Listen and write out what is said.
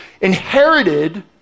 inherited